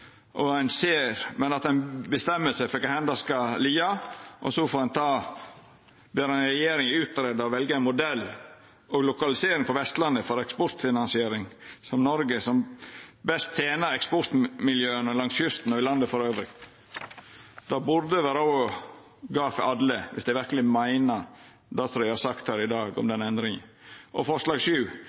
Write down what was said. men at ein bestemmer seg for kvar det skal liggja. Ein ber «regjeringen utrede og velge en modell og lokalisering på Vestlandet for Eksportfinansiering Norge som best tjener eksportmiljøene langs kysten og i landet for øvrig.» Det burde gå for alle om ein verkeleg meiner det ein har sagt i dag om den endringa. Og forslag